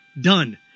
Done